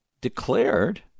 declared